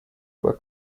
were